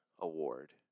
award